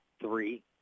three